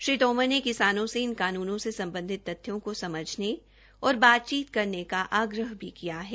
श्री तोमर ने किसानों से इन कानूनों से सम्बधित तथ्यों को समझने और बातचीत करने का आग्रह भी किया है